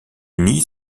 nids